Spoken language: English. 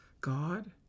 God